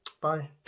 bye